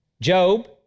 Job